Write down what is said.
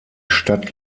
stadt